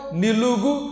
nilugu